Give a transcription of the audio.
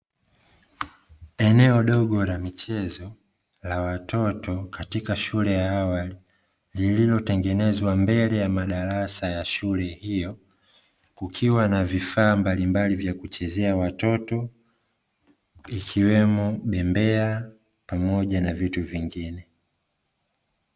Eneo dogo la michezo la watoto katika shule ya awali, lililotengenezwa mbele ya madarasa ya shule hiyo. Kukiwa na vifaa mbalimbali vya kuchezea watoto, ikiwemo bembea pamoja na vitu vingine.